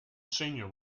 senior